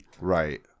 Right